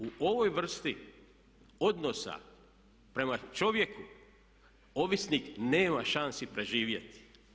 U ovoj vrsti odnosa prema čovjeku ovisnik nema šansi preživjeti.